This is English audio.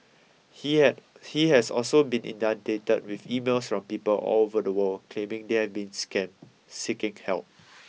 he had has also been inundated with emails from people all over the world claiming they have been scammed seeking help